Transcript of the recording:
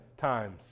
times